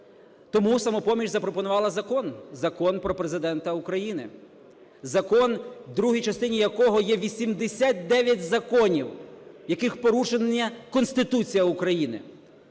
Тому "Самопоміч" запропонувала закон – Закон про Президента України. Закон, в другій частині якого є 89 законів, в яких порушена Конституція України.